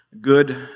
good